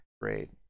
Great